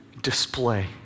display